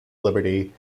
liberty